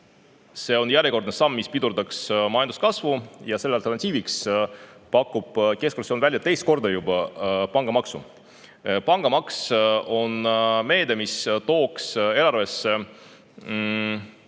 see on järjekordne samm, mis pidurdaks majanduskasvu. Selle alternatiiviks pakub keskfraktsioon juba teist korda välja pangamaksu. Pangamaks on meede, mis tooks eelarvesse